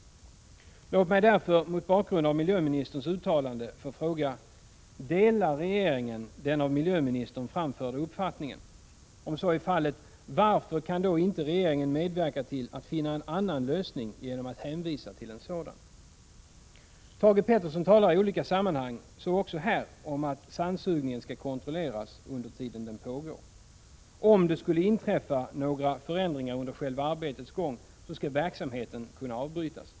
Låt mig därför mot bakgrund av miljöministerns uttalande få fråga: Delar regeringen den av miljöministern framförda uppfattningen? Om så är fallet: Varför kan då inte regeringen medverka till att finna en annan lösning genom att hänvisa till en sådan? Thage Peterson talar i olika sammanhang, så också här, om att sandsugningen skall kontrolleras under den tid då den pågår. Om det skulle inträffa några förändringar under själva arbetets gång, skall verksamheten kunna avbrytas.